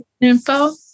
info